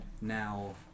Now